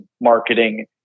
marketing